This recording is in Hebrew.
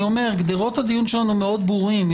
גדרות הדיון שלנו מאוד ברורים.